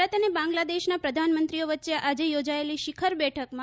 ભારત અને બાંગ્લાદેશના પ્રધાનમંત્રીઓ વચ્ચે આજે યોજાયેલી શિખર બેઠકમાં